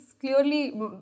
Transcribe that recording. clearly